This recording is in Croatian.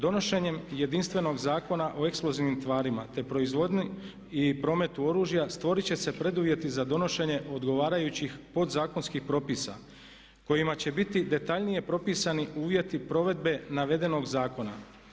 Donošenjem jedinstvenog Zakona o eksplozivnim tvarima te proizvodnjom i prometu oružja stvorite će se preduvjeti za donošenje odgovarajućih pod zakonskih propisa kojima će biti detaljnije propisani uvjeti provedbe navedenog zakona.